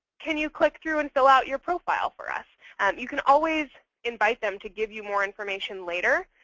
can you click through and fill out your profile for us? you can always invite them to give you more information later.